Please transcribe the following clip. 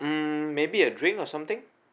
um maybe a drink or something